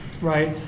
right